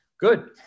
Good